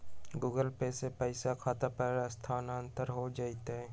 Google Pay से पईसा खाता पर स्थानानंतर हो जतई?